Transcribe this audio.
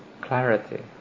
clarity